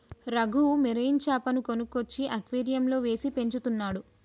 Raghu marine చాపను కొనుక్కొచ్చి అక్వేరియంలో వేసి పెంచుతున్నాడు